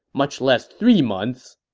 much less three months!